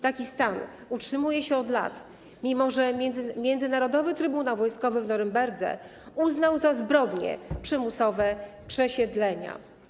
Taki stan utrzymuje się od lat, mimo że Międzynarodowy Trybunał Wojskowy w Norymberdze uznał za zbrodnie przymusowe przesiedlenia.